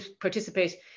participate